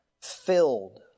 filled